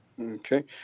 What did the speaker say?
Okay